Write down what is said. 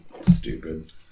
Stupid